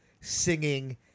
singing